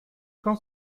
quand